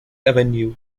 avenue